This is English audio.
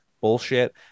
bullshit